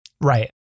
Right